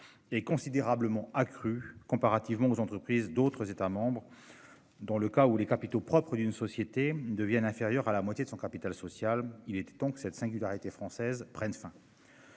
et considérablement accru comparativement aux entreprises d'autres États membres. Dans le cas où les capitaux propres d'une société devienne inférieur à la moitié de son capital social. Il était temps que cette singularité française prenne fin.